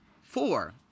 four